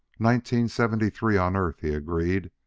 nineteen seventy-three on earth, he agreed,